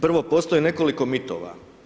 Prvo, postoje nekoliko mitova.